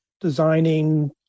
designing